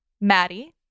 Maddie